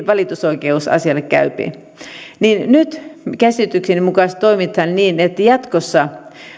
valitusoikeusasialle käy nyt käsitykseni mukaan toimitaan niin että jatkossa